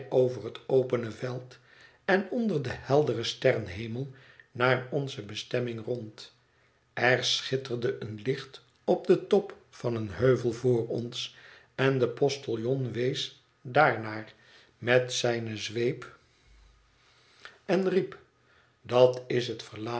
over het opene veld en onder den helderen sterrenhemel naar onze bestemming rond er schitterde een licht op den top van een heuvel voor ons en de postiljon wees daarnaar met zijne zweep en riep dat is het